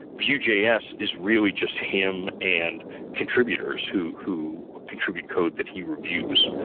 vue js is really just him and contributors who who contribute code that he reviews.